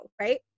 Right